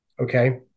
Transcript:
okay